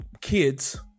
kids